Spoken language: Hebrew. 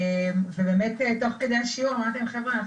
ובאמת תוך כדי השיעור אמרתי חבר'ה,